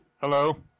Hello